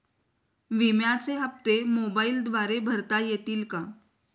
विम्याचे हप्ते मोबाइलद्वारे भरता येतील का?